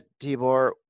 Tibor